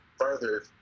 further